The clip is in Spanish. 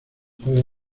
puede